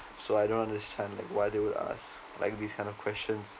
so I don't understand like why they would ask like this kind of questions